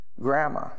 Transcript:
grandma